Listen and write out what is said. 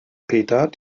peter